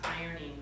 ironing